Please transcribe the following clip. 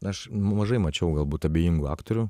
aš mažai mačiau galbūt abejingų aktorių